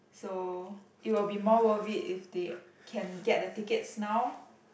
so it will be more worth it if they can get the tickets now